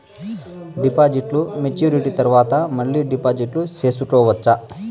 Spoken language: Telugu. డిపాజిట్లు మెచ్యూరిటీ తర్వాత మళ్ళీ డిపాజిట్లు సేసుకోవచ్చా?